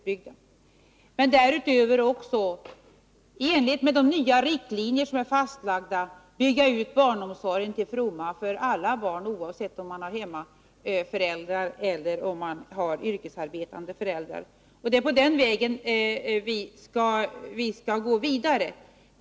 Dessutom måste vi, i enlighet med de riktlinjer som fastlagts, bygga ut barnomsorgen till fromma för alla barn oavsett om det rör sig om hemmaföräldrar eller yrkesarbetande föräldrar. Det är alltså på den vägen vi skall gå vidare.